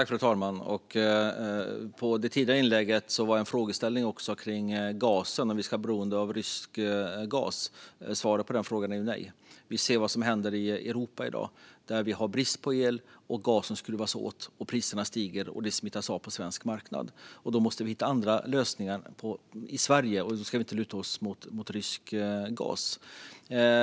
Fru talman! I det tidigare inlägget var det en frågeställning om vi ska vara beroende av rysk gas. Svaret på den frågan är nej. Vi ser vad som händer i Europa i dag. Det är brist på el, och gasen skruvas åt. Priserna stiger, och det smittar av sig på den svenska marknaden. Vi måste hitta andra lösningar i Sverige, och då ska vi inte luta oss mot rysk gas.